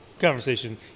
conversation